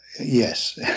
yes